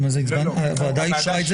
הוועדה אישרה.